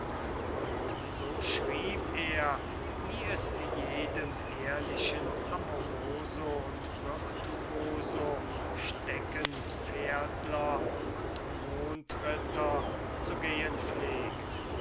und so schrieb er wie es jedem ehrlichen amoroso und virtuoso steckenpferdler und mondritter zu gehen pflegt